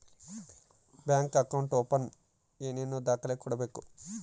Bank account open ಏನೇನು ದಾಖಲೆ ಕೊಡಬೇಕು?